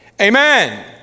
Amen